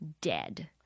dead